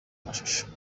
amashusho